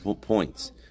points